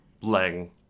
Lang